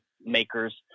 makers